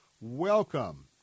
welcome